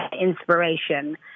inspiration